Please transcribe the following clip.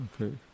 Okay